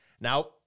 Now